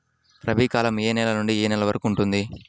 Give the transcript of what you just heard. రబీ కాలం ఏ నెల నుండి ఏ నెల వరకు ఉంటుంది?